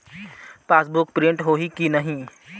Passbook print होही कि नहीं?